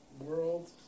world